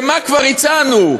מה כבר הצענו?